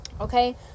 okay